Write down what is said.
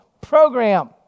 program